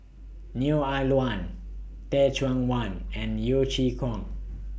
Neo Ah Luan Teh Cheang Wan and Yeo Chee Kiong